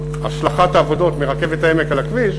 והשלכת העבודות ברכבת העמק על הכביש,